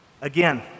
Again